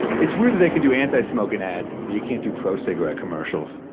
it's weird that they can do anti-smoking ads, but you can't do pro-cigarette commercials.